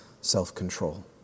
self-control